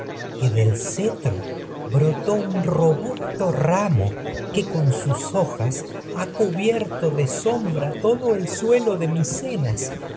que del cetro brotó electra robusto todo ramo que con sus hojas ha cubierto de sombra contar a uno que el suelo de micenas